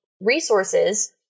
resources